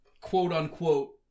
quote-unquote